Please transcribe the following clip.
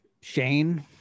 shane